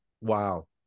Wow